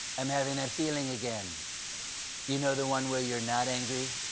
i'm having that feeling again you know the one where you're not angry?